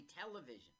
television